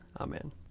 Amen